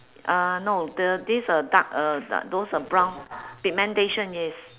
uh no the this uh dark uh da~ those are brown pigmentation yes